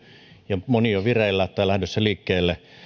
ja moni on vireillä tai lähdössä liikkeelle